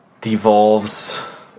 devolves